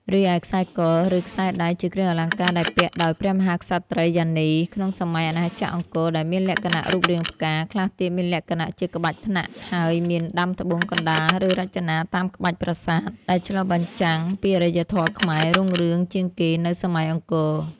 រីឯខ្សែក ឬខ្សែដៃជាគ្រឿងអលង្ការដែលពាក់ដោយព្រះមហាក្សត្រិយានីក្នុងសម័យអាណាចក្រអង្គរដែលមានលក្ខណៈរូបរាងផ្កា ខ្លះទៀតមានលក្ខណៈជាក្បាច់ថ្នាក់ហើយមានដាំត្បូងកណ្តាលឬរចនាតាមក្បាច់ប្រាសាទ ដែលឆ្លុះបញ្ចាំពីអរិយធម៌ខ្មែររុងរឿងជាងគេនៅសម័យអង្គរ។